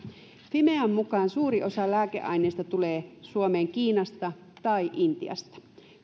fimean mukaan suuri osa lääkeaineista tulee suomeen kiinasta tai intiasta